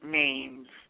names